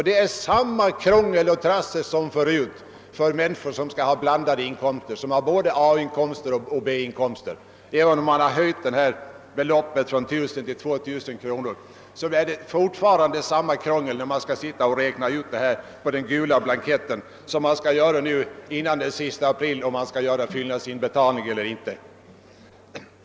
Det är samma trassel och krångel som förut för människor som har både A och B-inkomster. även om herr Sträng höjt beloppet från 1000 till 2000 kronor, blir det fortfarande samma krångel när man skall räkna ut detta på den gula blanketten. Det skall man göra nu före den 30 april för att ta reda på om man skall göra fyllnadsinbetalning eller inte.